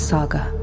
Saga